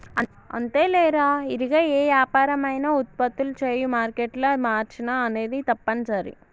అంతేలేరా ఇరిగా ఏ యాపరం అయినా ఉత్పత్తులు చేయు మారేట్ల మార్చిన అనేది తప్పనిసరి